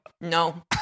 No